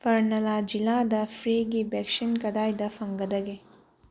ꯕꯔꯅꯥꯂꯥ ꯖꯤꯂꯥꯗ ꯐ꯭ꯔꯤꯒꯤ ꯕꯦꯛꯁꯤꯟ ꯀꯗꯥꯏꯗ ꯐꯪꯒꯗꯒꯦ